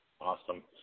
Awesome